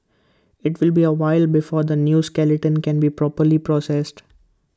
IT will be A while before this new skeleton can be properly processed